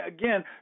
again